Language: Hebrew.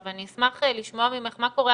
אני אשמח לשמוע ממך מה קורה,